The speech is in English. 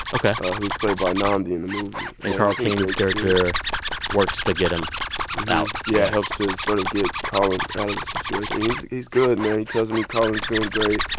ok. who's played by nnamdi in the movie. and carl king's character works to get him yeah, helps to sort of get colin out of the situation. and he's he's good, man. he tells me colin's doing great.